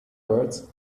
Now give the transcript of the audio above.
words